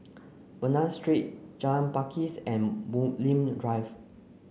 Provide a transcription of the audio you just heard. Bernam Street Jalan Pakis and Bulim Drive